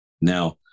Now